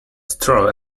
stroll